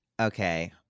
Okay